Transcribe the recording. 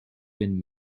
been